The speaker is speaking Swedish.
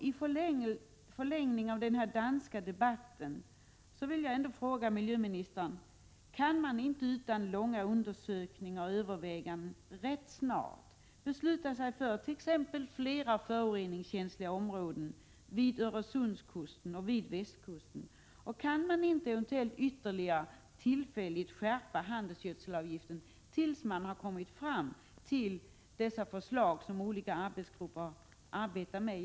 I förlängningen av den danska debatten vill jag fråga miljöministern: Kan man inte utan långa undersökningar och överväganden rätt snart besluta sig för flera föroreningskänsliga områden, t.ex. vid Öresundskusten och vid västkusten? Kan man inte eventuellt tillfälligt skärpa handelsgödselavgiften tills man har kommit fram till de förslag som olika arbetsgrupper arbetar med?